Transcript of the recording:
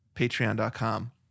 patreon.com